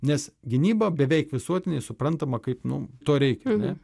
nes gynyba beveik visuotinai suprantama kaip nu to reikia ar ne